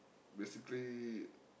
basically